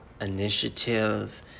initiative